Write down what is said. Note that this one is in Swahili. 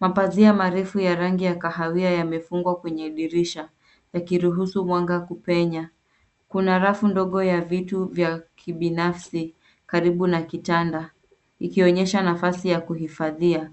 Mapazia marefu ya rangi ya kahawia yamefungwa kwenye dirisha yakiruhusu mwanga kupenya. Kuna rafu ndogo ya vitu vya kibinafsi karibu na kitanda ikionyesha nafasi ya kuhifadhia.